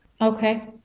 Okay